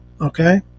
Okay